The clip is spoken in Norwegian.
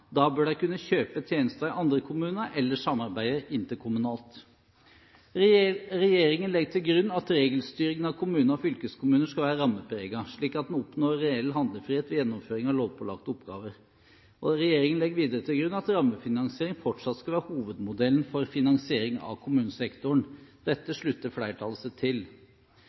da bør de kunne kjøpe tjenester i andre kommuner, eller samarbeide interkommunalt. Regjeringen legger til grunn at regelstyringen av kommuner og fylkeskommuner skal være rammepreget, slik at man oppnår reell handlefrihet ved gjennomføringen av lovpålagte oppgaver. Regjeringen legger videre til grunn at rammefinansiering fortsatt skal være hovedmodellen for finansiering av kommunesektoren. Dette slutter flertallet seg til.